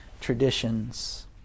traditions